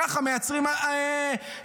ככה מייצרים הרתעה.